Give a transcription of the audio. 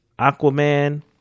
Aquaman